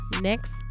next